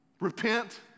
Repent